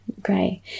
Great